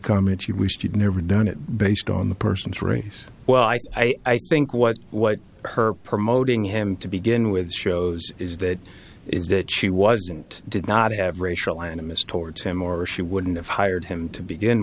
comment you wished you'd never done it based on the person's race well i think what what her promoting him to begin with shows is that is that she wasn't did not have racial animus towards him or she wouldn't have hired him to begin